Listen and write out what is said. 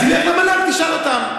אז תלך למל"ג, תשאל אותם.